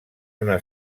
una